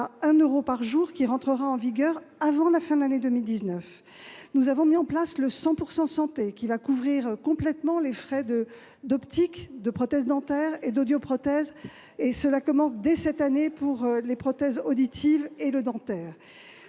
jour, une mesure qui entrera en vigueur avant la fin de l'année. Nous avons mis en place le 100 % santé, qui permettra de couvrir complètement les frais d'optique, de prothèses dentaires et d'audioprothèses. Il entrera en vigueur dès cette année pour les prothèses auditives et dentaires.